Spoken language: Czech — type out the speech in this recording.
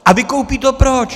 A vykoupí to proč?